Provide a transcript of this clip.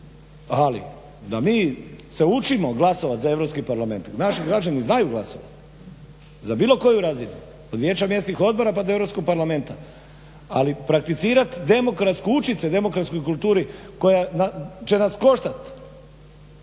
ali da se mi učimo glasovati za EU parlament. Naši građani znaju glasovati za bilo koju razinu od vijeća mjesnih odbora pa do EU parlamenta. Ali prakticirati učiti se demokratskoj kulturi koja će nas koštati